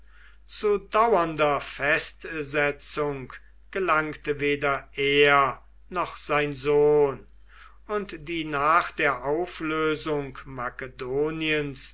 zu dauernder festsetzung gelangte weder er noch sein sohn und die nach der auflösung makedoniens